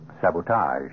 sabotage